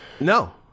No